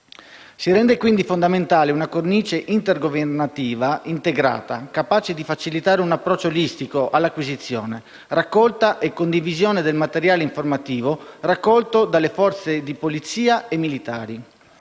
Si rende, quindi, fondamentale una cornice intergovernativa integrata, capace di facilitare un approccio olistico all'acquisizione, raccolta e condivisione del materiale informativo da parte delle forze di polizia e militari.